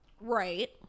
Right